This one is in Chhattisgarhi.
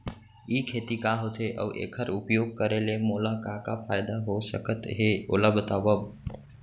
ई खेती का होथे, अऊ एखर उपयोग करे ले मोला का का फायदा हो सकत हे ओला बतावव?